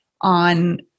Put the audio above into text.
on